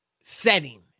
setting